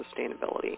Sustainability